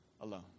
alone